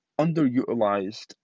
underutilized